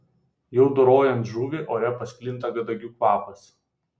jau dorojant žuvį ore pasklinda kadagių kvapas